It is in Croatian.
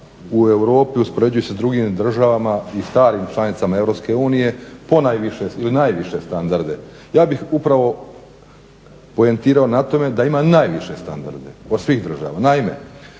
u Europi uspoređujući se s drugim državama i starim članicama EU ponajviše ili najviše standarde. Ja bih upravo poentirao na tome da ima najviše standarde od svih država.